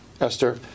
Esther